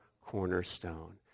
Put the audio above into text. cornerstone